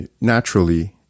naturally